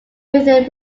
within